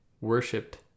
worshipped